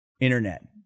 internet